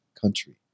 country